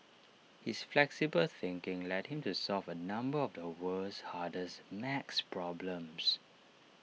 his flexible thinking led him to solve A number of the world's hardest math problems